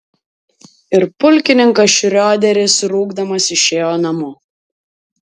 ir pulkininkas šrioderis rūgdamas išėjo namo